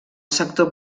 sector